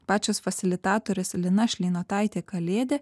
pačios fasilitatorės lina šleinotaitė kalėdė